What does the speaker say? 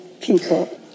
people